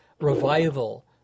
revival